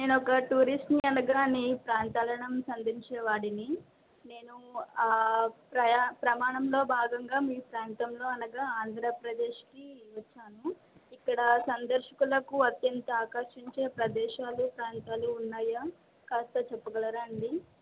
నేను ఒక టూరిస్టుని అనగా ప్రాంతాలను సంధించేవాడిని నేను ప్ర ప్రమాణంలో భాగంగా మీ ప్రాంతంలో అనగా ఆంధ్రప్రదేశ్కి వచ్చాను ఇక్కడ సందర్శకులకు అత్యంత ఆకర్షించే ప్రదేశాలు ప్రాంతాలు ఉన్నాయా కాస్త చెప్పగలరా అండీ